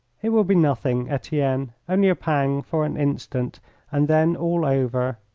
it will be nothing, etienne. only a pang for an instant and then all over.